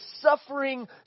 suffering